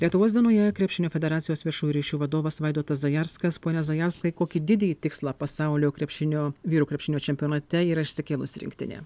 lietuvos dienoje krepšinio federacijos viešųjų ryšių vadovas vaidotas zajarskas pone zajarskai kokį didįjį tikslą pasaulio krepšinio vyrų krepšinio čempionate yra išsikėlusi rinktinė